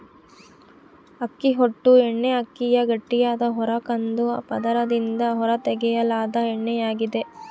ಅಕ್ಕಿ ಹೊಟ್ಟು ಎಣ್ಣೆಅಕ್ಕಿಯ ಗಟ್ಟಿಯಾದ ಹೊರ ಕಂದು ಪದರದಿಂದ ಹೊರತೆಗೆಯಲಾದ ಎಣ್ಣೆಯಾಗಿದೆ